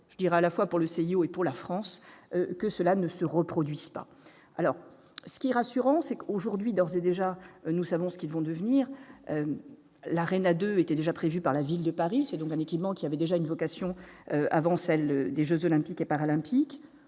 je dirais, à la fois pour le CIO et pour la France, que cela ne se reproduise pas, alors ce qui est rassurant, c'est qu'aujourd'hui, d'ores et déjà, nous savons ce qu'ils vont devenir la reine a 2 étaient déjà prévus par la Ville de Paris, c'est donc un équipement qui avait déjà une vocation avant celle des Jeux olympiques et paralympiques